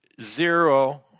zero